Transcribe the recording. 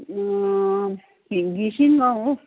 घिसिङ गाउँ हौ